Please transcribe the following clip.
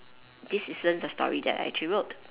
this isn't the story that I actually wrote